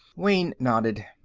wayne nodded.